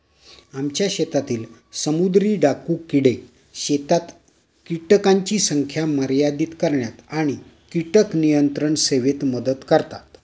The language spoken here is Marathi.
आमच्या शेतातील समुद्री डाकू किडे शेतात कीटकांची संख्या मर्यादित करण्यात आणि कीटक नियंत्रण सेवेत मदत करतात